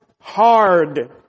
hard